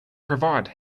provide